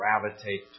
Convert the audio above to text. gravitate